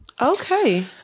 Okay